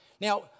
Now